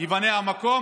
ייבנה המקום.